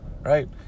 Right